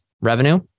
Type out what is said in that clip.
revenue